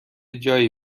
جایی